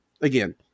again